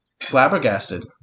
flabbergasted